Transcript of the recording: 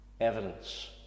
evidence